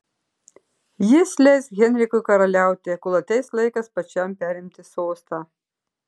jis leis henrikui karaliauti kol ateis laikas pačiam perimti sostą